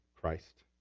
Christ